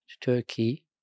Turkey